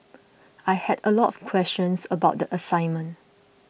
I had a lot questions about the assignment